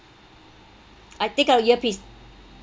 I take out earpiece